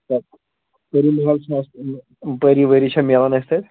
پری محل چھُنہٕ اَسہِ پری ؤری چھا مِلان اَسہِ تَتہِ